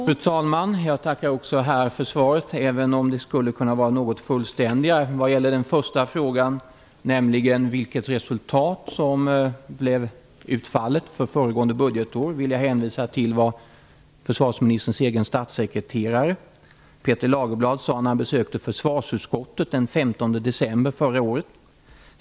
Fru talman! Jag tackar också för det här svaret, även om det skulle kunna vara något fullständigare. När det gäller den första frågan om vilket resultat som blev utfallet för föregående budgetår vill jag hänvisa till vad försvarsministerns egen statssekreterare Peter Lagerblad sade när han besökte försvarsutskottet den 15 december 1994.